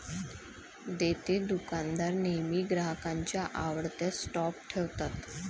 देतेदुकानदार नेहमी ग्राहकांच्या आवडत्या स्टॉप ठेवतात